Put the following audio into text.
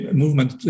movement